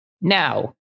now